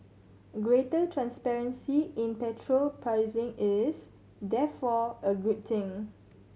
greater transparency in petrol pricing is therefore a good thing